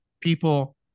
people